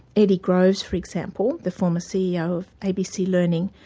eddie groves, for example, the former ceo of abc learning,